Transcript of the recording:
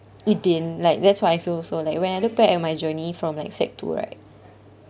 it didn't like that's why I feel also like when I look back at my journey from like sec~ two right